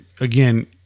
again